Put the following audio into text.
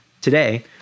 Today